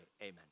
Amen